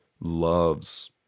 loves